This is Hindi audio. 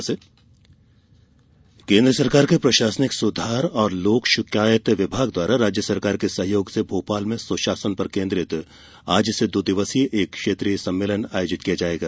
क्षेत्रीय सम्मेलन केन्द्र सरकार के प्रशासनिक सुधार और लोक शिकायत विभाग द्वारा राज्य सरकार के सहयोग से भोपाल में सुशासन पर आज से दो दिवसीय एक क्षेत्रीय सम्मेलन आयोजित किया जायेगा